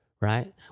Right